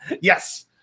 Yes